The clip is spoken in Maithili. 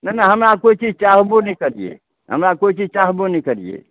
नहि नहि हमरा कोइ चीज चाहबो नहि करियै हमरा कोइ चीज चाहबो नहि करियै